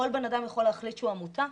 כל אדם יכול להחליט שהוא עמותה,